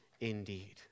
indeed